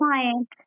client